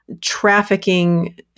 trafficking